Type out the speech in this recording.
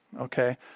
okay